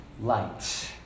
light